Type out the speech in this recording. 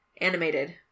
animated